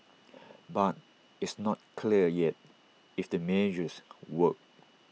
but it's not clear yet if the measures work